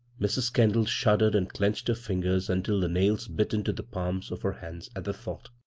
mrs. kendall shud dered and clenched her fingers until the nails bit into the palms of her hands at the thought